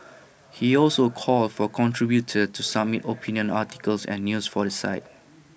he also called for contributors to submit opinion articles and news for the site